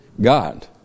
God